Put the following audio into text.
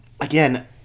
again